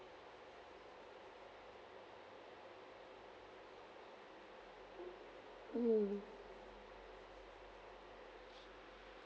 mm